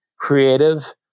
creative